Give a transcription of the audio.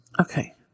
Okay